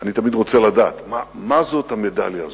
אני תמיד רוצה לדעת מה זאת המדליה הזאת,